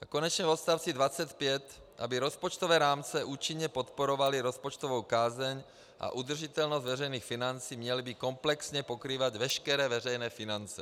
A konečně v odstavci 25, aby rozpočtové rámce účinně podporovaly rozpočtovou kázeň a udržitelnost veřejných financí, měly by komplexně pokrývat veškeré veřejné finance.